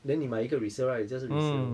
then 你买一个 resale right 这是 resale